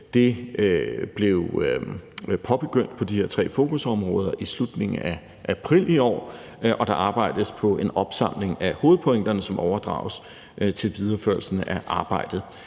blev påbegyndt på de her tre fokusområder i slutningen af april i år, og der arbejdes på en opsamling af hovedpointerne, som overdrages til videreførelse af arbejdet.